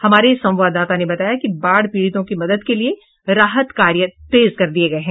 हमारे संवाददाता ने बताया है कि बाढ़ पीड़ितों को मदद के लिए राहत कार्य तेज कर दिये गये हैं